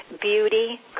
beauty